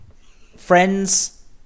friends